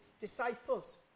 disciples